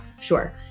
Sure